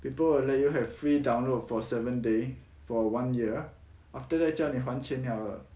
people will let you have free download for seven day for one year after that 叫你还钱 liao 了